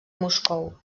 moscou